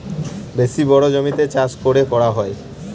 বেশি বড়ো জমিতে চাষ করে করা হয়